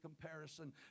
comparison